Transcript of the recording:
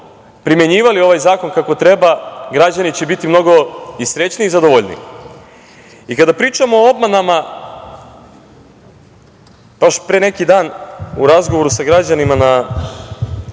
primenjivali ovaj zakon kako treba, građani će biti mnogo i srećniji i zadovoljniji. Kada pričamo o obmanama, baš pre neki dan u razgovoru sa građanima na